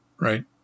Right